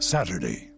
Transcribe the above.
Saturday